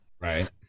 right